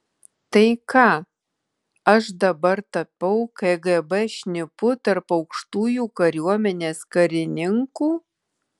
tai ką aš dabar tapau kgb šnipu tarp aukštųjų kariuomenės karininkų